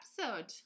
episode